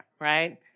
right